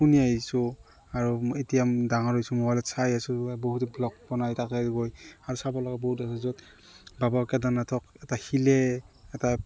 শুনি আহিছোঁ আৰু এতিয়া ডাঙৰ হৈছোঁ মোবাইলত চাই আছোঁ বহুত ব্লগ বনাই তাকে গৈ আৰু চাব লগা বহুত আছে য'ত বাবা কেদাৰনাথক এটা শিলে এটা